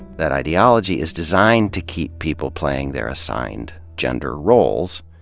that ideology is designed to keep people playing their assigned gender roles.